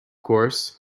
course